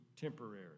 temporary